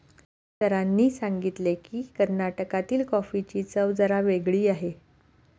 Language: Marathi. सरांनी सांगितले की, कर्नाटकातील कॉफीची चव जरा वेगळी आहे